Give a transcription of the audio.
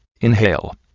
Inhale